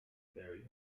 barry